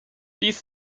dies